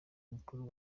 mukuru